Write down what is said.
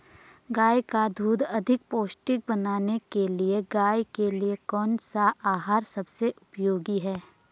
गाय का दूध अधिक पौष्टिक बनाने के लिए गाय के लिए कौन सा आहार सबसे उपयोगी है?